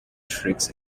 tricks